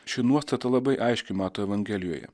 ši nuostata labai aiški mato evangelijoje